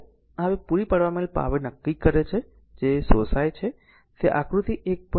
હવે આ હવે પૂરી પાડવામાં આવેલ પાવર નક્કી કરે છે કે જે શોષાય છે તે આકૃતિ 1